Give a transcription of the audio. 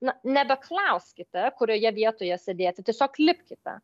na nebeklauskite kurioje vietoje sėdėti tiesiog lipkite